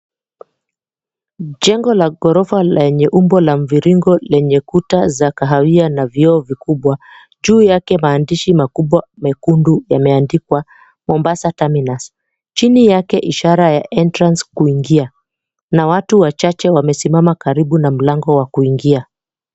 Jengo la ghorofa lenye umbo la mviringo lenye kuta za kahawia na vioo vikubwa. Juu yake maandishi mekundu yameandikwa, Mombasa Terminus. Chini yake ishara ya Entrance, kuingia na watu wachache wamesimama karibu na mlango wa kuingia.